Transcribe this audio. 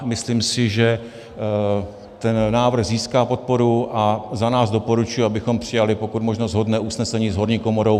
Myslím si, že ten návrh získá podporu, a za nás doporučuji, abychom přijali pokud možno shodné usnesení s horní komorou.